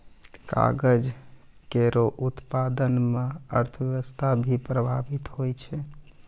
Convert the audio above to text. कागज केरो उत्पादन म अर्थव्यवस्था भी प्रभावित होय छै